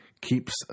Keeps